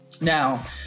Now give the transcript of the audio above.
now